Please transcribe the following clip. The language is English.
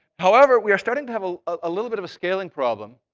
however, we are starting to have ah a little bit of a scaling problem,